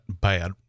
bad